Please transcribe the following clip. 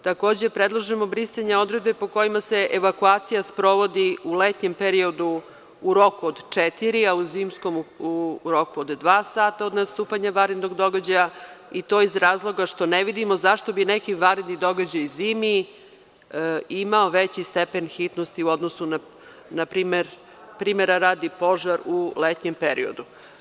Takođe, predlažemo brisanje odredbe po kojima se evakuacija sprovodi u letnjem periodu u roku od četiri, a u zimskom u roku od dva sata od nastupanja vanrednog događaja, i to iz razloga što ne vidimo zašto bi neki vanredni događaj zimi imao veći stepen hitnosti u odnosu, primera radi, na požar u letnjem periodu.